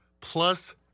plus